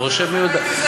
והוא חושב מי יודע,